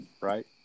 right